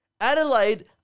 Adelaide